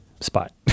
spot